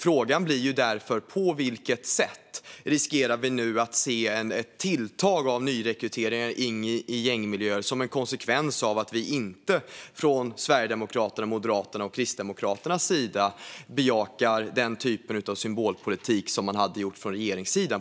Frågan blir därför: På vilket sätt riskerar vi nu att nyrekryteringar in i gängmiljöer tilltar som en konsekvens av att vi från Sverigedemokraternas, Moderaternas och Kristdemokraternas sida inte bejakar den typ av symbolpolitik på klimatområdet som man har från regeringssidan?